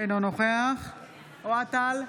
אינו נוכח אוהד טל,